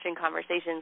conversations